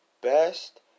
best